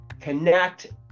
connect